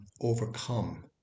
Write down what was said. overcome